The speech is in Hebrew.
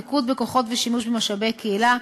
מיקוד בכוחות ושימוש במשאבי הקהילה,